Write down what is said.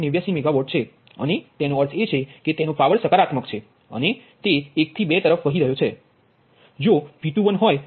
89 megawatt છે અને તેનો અર્થ એ છે કે તેનો પાવર સકારાત્મક છે અને તે 1 થી 2 તરફ વહી રહ્યો છે